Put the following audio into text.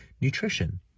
nutrition